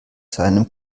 seinem